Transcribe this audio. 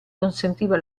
consentiva